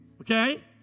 okay